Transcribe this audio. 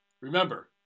remember